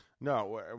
No